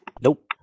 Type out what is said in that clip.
Nope